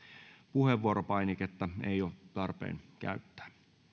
puheenvuoropainiketta ei ole tarpeen käyttää